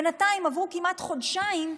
בינתיים עברו כמעט חודשיים,